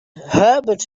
herbert